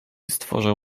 stworzą